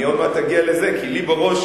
אני עוד מעט אגיע לזה, כי לי בראש,